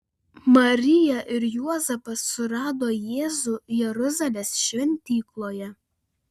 marija ir juozapas surado jėzų jeruzalės šventykloje